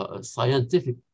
scientific